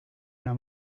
una